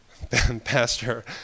Pastor